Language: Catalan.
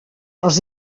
els